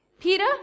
Peter